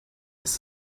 ist